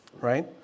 Right